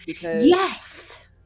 Yes